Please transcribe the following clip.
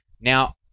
Now